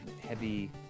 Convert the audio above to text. heavy